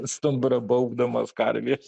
stumbrą baubdamos karvės